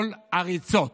כל הריצות